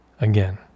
again